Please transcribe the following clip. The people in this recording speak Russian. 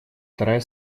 вторая